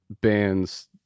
bands